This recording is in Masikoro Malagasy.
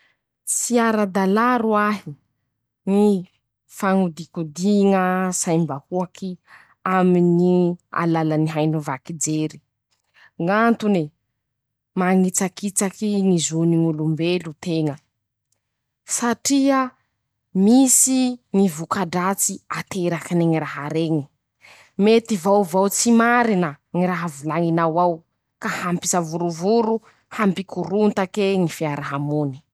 Tsy ara-dalà roahy ñy fañodikodiña saim-bahoaky aminy alalany haino vaky jery, ñ'antony: -Mañitsakitsaky zony ñ'olombelo teña, satria misy ñy voka-dratsy ateraky ny raha reñy, mety vaovao tsy marina, ñy raha volañinao ao, ka hampisavorovoro, hampikorontake ñy fiaram<...>.